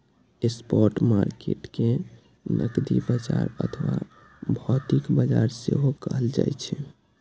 spot market कें नकदी बाजार अथवा भौतिक बाजार सेहो कहल जाइ छै